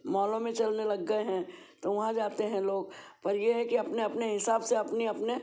मॉलों में चलने लग गए हैं तो वहाँ जाते हैं लोग पर ये है कि अपने अपने हिसाब से अपने अपने